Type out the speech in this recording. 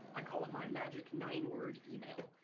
i call it my magic nine word email.